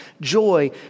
joy